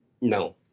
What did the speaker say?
No